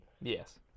Yes